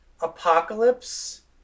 Apocalypse